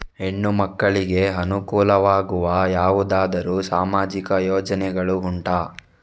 ಹೆಣ್ಣು ಮಕ್ಕಳಿಗೆ ಅನುಕೂಲವಾಗುವ ಯಾವುದಾದರೂ ಸಾಮಾಜಿಕ ಯೋಜನೆಗಳು ಉಂಟಾ?